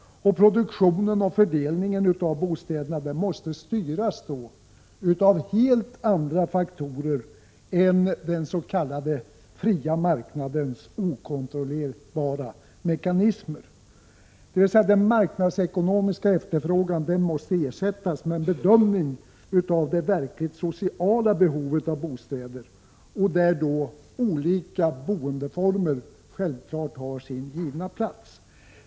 Produktionen och fördelningen av bostäderna måste då styras av helt andra faktorer än dens.k. fria marknadens okontrollerbara mekanismer. Den marknadsekonomiska efterfrågan måste därför ersättas med en bedömning av det verkligt sociala behovet av bostäder, där olika boendeformer har sin givna plats.